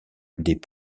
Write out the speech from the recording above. des